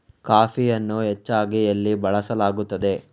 ಕಾಫಿಯನ್ನು ಹೆಚ್ಚಾಗಿ ಎಲ್ಲಿ ಬೆಳಸಲಾಗುತ್ತದೆ?